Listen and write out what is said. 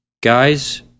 guys